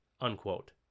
Unquote